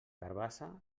carabassa